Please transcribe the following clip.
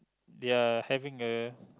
they're having a